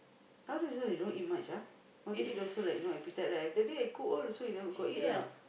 nowadays also you don't eat much ah want to eat also like no appetite right that day I cook all you also got eat or not